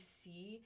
see